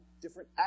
different